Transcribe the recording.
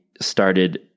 started